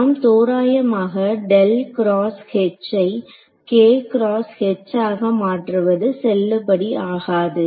நாம் தோராயமாக ஐ ஆக மாற்றுவது செல்லுபடி ஆகாது